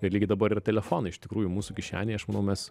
ir lygiai dabar ir telefonai iš tikrųjų mūsų kišenėje aš manau mes